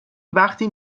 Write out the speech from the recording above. وقتی